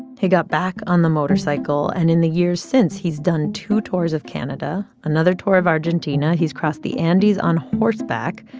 he got back on the motorcycle. and in the years since, he's done two tours of canada, another tour of argentina. he's crossed the andes on horseback,